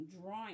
drawing